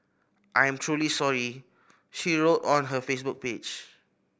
I am truly sorry she wrote on her Facebook page